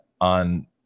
on